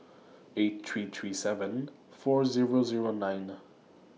eight three three seven four Zero Zero nine